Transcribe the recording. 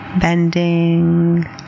bending